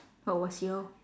what was your